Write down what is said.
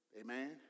Amen